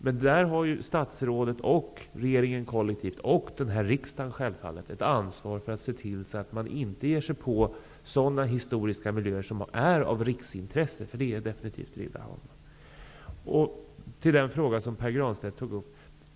Men där har statsrådet, regeringen kollektivt och, självfallet, riksdagen ett ansvar för att man inte ger sig på historiska miljöer som är av riksintresse. Så är det definitivt med Riddarholmen. Sedan till Pär Granstedts fråga.